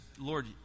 Lord